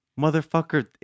Motherfucker